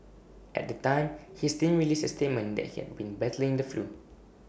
at the time his team released A statement that he had been battling the flu